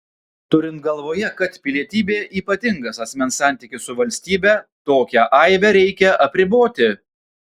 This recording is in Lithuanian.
turint galvoje kad pilietybė ypatingas asmens santykis su valstybe tokią aibę reikia apriboti